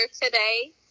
today